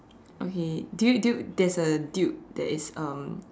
okay do you do there's a dude that is um